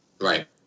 Right